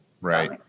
Right